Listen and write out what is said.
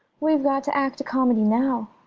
we've got to act a comedy now,